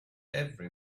every